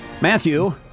Matthew